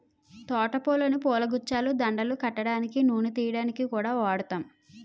తోట పూలని పూలగుచ్చాలు, దండలు కట్టడానికి, నూనె తియ్యడానికి కూడా వాడుతాం